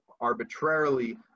arbitrarily